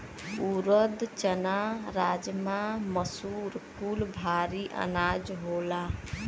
ऊरद, चना, राजमा, मसूर कुल भारी अनाज होला